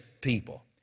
people